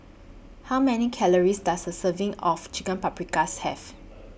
How Many Calories Does A Serving of Chicken Paprikas Have